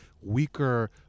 weaker